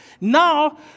Now